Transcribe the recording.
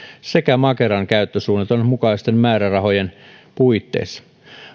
sekä makeran käyttösuunnitelman mukaisten määrärahojen puitteissa